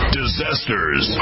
disasters